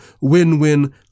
win-win